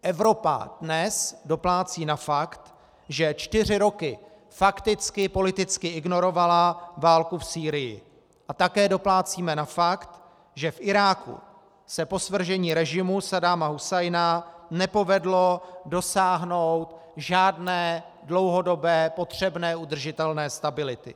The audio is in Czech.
Evropa dnes doplácí na fakt, že čtyři roky fakticky politicky ignorovala válku v Sýrii, a také doplácíme na fakt, že v Iráku se po svržení režimu Saddáma Husajna nepovedlo dosáhnout žádné dlouhodobé potřebné udržitelné stability.